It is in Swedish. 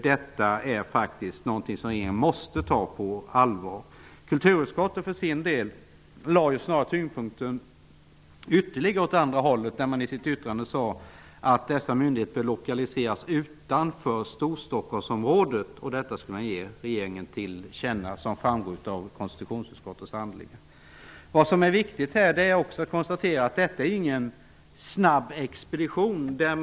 Det är någonting som regeringen måste ta på allvar. Kulturutskottet för sin del lade snarare tyngdpunkten åt andra hållet när man i sitt yttrande sade att dessa myndigheter bör lokaliseras utanför Storstockholmsområdet. Detta skulle sedan ges regeringen till känna, som framgår av konstitutionsutskottets handlingar. Det är viktigt att konstatera att det inte skett någon snabb expediering av ärendet.